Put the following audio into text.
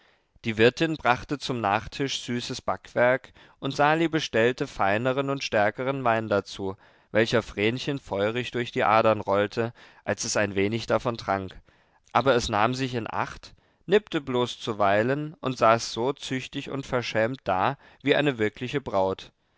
die wirtin brachte zum nachtisch süßes backwerk und sali bestellte feineren und stärkeren wein dazu welcher vrenchen feurig durch die adern rollte als es ein wenig davon trank aber es nahm sich in acht nippte bloß zuweilen und saß so züchtig und verschämt da wie eine wirkliche braut